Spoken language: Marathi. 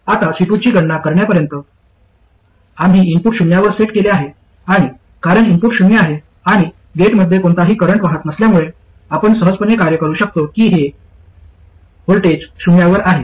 आता C2 ची गणना करण्यापर्यंत आम्ही इनपुट शून्यावर सेट केले आहे आणि कारण इनपुट शून्य आहे आणि गेटमध्ये कोणताही करंट वाहत नसल्यामुळे आपण सहजपणे कार्य करू शकतो की हे व्होल्टेज शून्यावर आहे